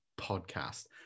Podcast